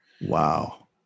Wow